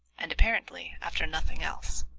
and, apparently, after nothing else.